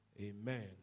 Amen